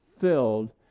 filled